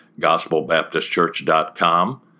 gospelbaptistchurch.com